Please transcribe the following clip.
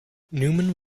newman